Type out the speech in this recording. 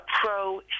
pro